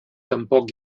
tampoc